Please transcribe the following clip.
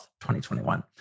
2021